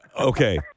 Okay